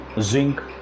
zinc